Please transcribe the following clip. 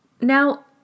Now